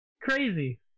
Crazy